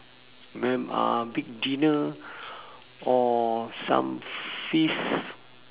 me~ uh big dinner or some feast